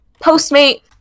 Postmate